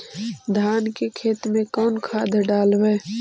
धान के खेत में कौन खाद डालबै?